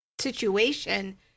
situation